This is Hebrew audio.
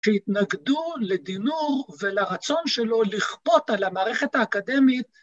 ‫שהתנגדו לדינור ולרצון שלו ‫לכפות על המערכת האקדמית.